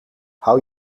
hou